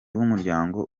w’umuryango